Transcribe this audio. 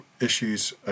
issues